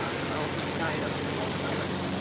ah carl just died of coronavirus.